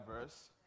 verse